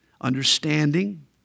understanding